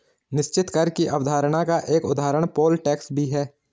निश्चित कर की अवधारणा का एक उदाहरण पोल टैक्स भी है